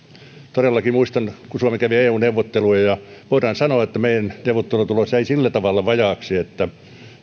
todellakin muistan kun suomi kävi eu neuvotteluja ja voidaan sanoa että meidän neuvottelutulos jäi sillä tavalla vajaaksi että